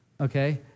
okay